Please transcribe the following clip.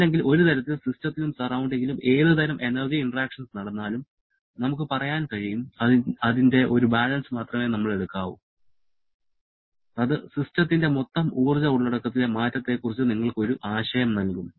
അല്ലെങ്കിൽ ഒരു തരത്തിൽ സിസ്റ്റത്തിലും സറൌണ്ടിങ്ങിലും ഏതു തരാം എനർജി ഇന്ററാക്ഷസ് നടന്നാലും നമുക്ക് പറയാൻ കഴിയും അതിന്റെ ഒരു ബാലൻസ് മാത്രമേ നമ്മൾ എടുക്കാവൂ അത് സിസ്റ്റത്തിന്റെ മൊത്തം ഊർജ്ജ ഉള്ളടക്കത്തിലെ മാറ്റത്തെക്കുറിച്ച് നിങ്ങൾക്ക് ഒരു ആശയം നൽകും